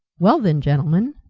well, then, gentlemen,